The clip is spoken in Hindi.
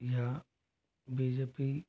या बी जे पी